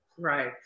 Right